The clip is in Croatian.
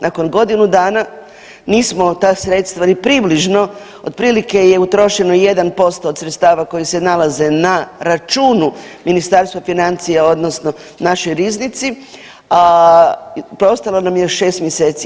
Nakon godinu dana nismo ta sredstva ni približno otprilike je utrošeno 1% od sredstava koji se nalaze na računu Ministarstva financija odnosno našoj riznici, preostalo nam je još šest mjeseci.